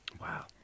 Wow